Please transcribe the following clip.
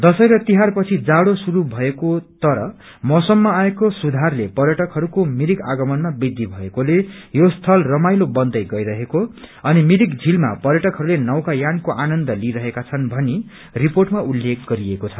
दशैं र तीहार पछि जाडो शुरू भएको तर मैसममा आएको सुधारले पर्यटकहरूको मिरिक आगमानमा वृद्धि भएकोले यो स्थल रमाइलो बन्दै गई रहेको अनि मिरिक झीलमा पर्यटकहरूले नौकायानको आनन्द लिई रहेका छन् भनि रिर्पोटमा उल्लेख गरिएको छ